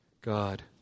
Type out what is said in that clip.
God